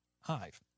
Hive